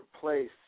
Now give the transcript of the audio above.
place